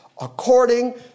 according